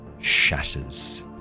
shatters